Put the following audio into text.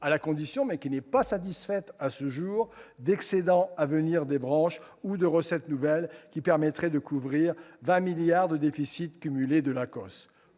à la condition, non satisfaite à ce jour, d'excédents à venir des branches ou de recettes nouvelles qui permettraient de couvrir 20 milliards d'euros de déficits cumulés de l'ACOSS.